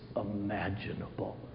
imaginable